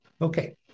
Okay